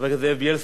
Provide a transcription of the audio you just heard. הגעת באיחור,